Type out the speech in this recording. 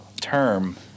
term